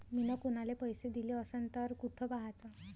मिन कुनाले पैसे दिले असन तर कुठ पाहाचं?